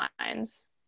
minds